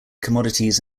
commodities